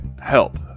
help